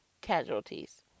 casualties